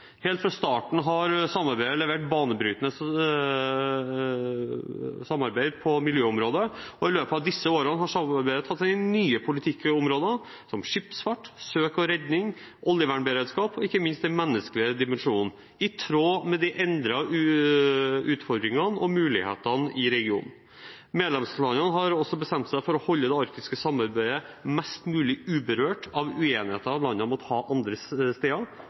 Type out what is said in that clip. Helt fra starten har det blitt levert banebrytende samarbeid på miljøområdet. I løpet av disse årene har samarbeidet tatt inn nye politikkområder, som skipsfart, søk og redning, oljevernberedskap og ikke minst den menneskelige dimensjonen, i tråd med de endrede utfordringene og mulighetene i regionen. Medlemslandene har også bestemt seg for å holde det arktiske samarbeidet mest mulig uberørt av uenigheter landene måtte ha andre steder,